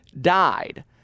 died